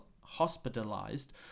hospitalized